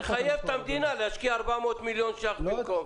נחייב את המדינה להשקיע 400 מיליון שקל במקום.